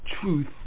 truth